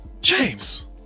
James